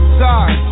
sorry